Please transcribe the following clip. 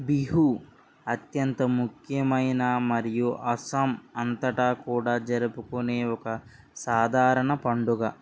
బిహూ అత్యంత ముఖ్యమైన మరియు అస్సాం అంతటా కూడా జరుపుకునే ఒక సాధారణ పండుగ